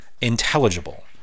intelligible